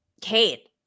Kate